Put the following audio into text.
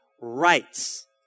rights